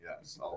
Yes